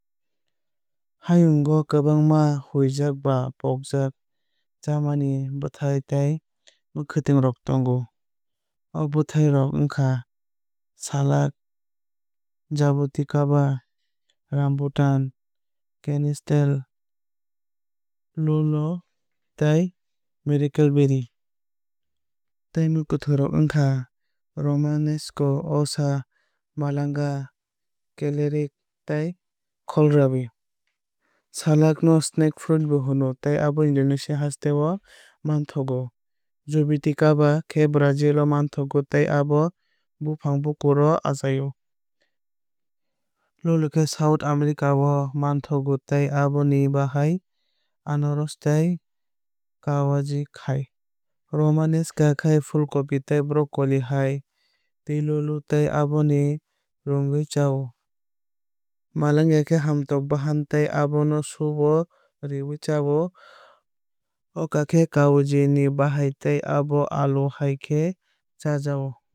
Hayung o kwbangma huijak ba pogjak chamani bwthai tei mwkhwtwng rok tongo. O bwthai rok wngkha salak jabuticaba rambutan canistel lulo tei miracle berry. Tei mwkhwtwng rok wngkha romanesco oca malanga celariac tei kohlrabi. Salak no snake fruit bo hino tei abo indonesia hasteo manthogo. Jabuticaba khe brazil o manthogo tei abo bufang bukur o achai o. Lulo khe south america o manthogo tei abo ni bahai anaros tei kawaji hai. Romanesca khe phool copi tei broccoli hai twilulu tei abono rugwui cha o. Malanga khe hamtom bahai tei abo no soup o rwi cha o. Oca khe kawaji ni bahai tei abo alu hai khe chajago.